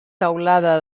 teulada